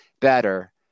better